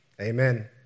Amen